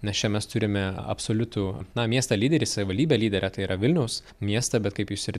nes čia mes turime absoliutų na miestą lyderį savivaldybę lyderę tai yra vilniaus miestą bet kaip jūs ir